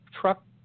truck